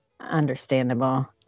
Understandable